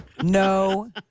No